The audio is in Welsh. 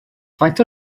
faint